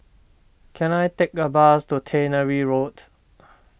can I take a bus to Tannery Road